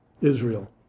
Israel